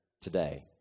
today